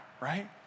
right